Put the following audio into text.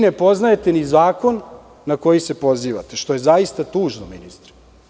Ne poznajete ni zakon na koji se pozivate, što je zaista tužno ministre.